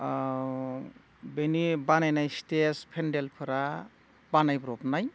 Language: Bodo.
बेनि बानायनाय स्टेज पेनडेलफोरा बानायब्रबनाय